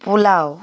pulao